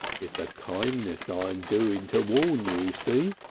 it's a kindness i'm doing to warn you. see?